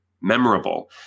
memorable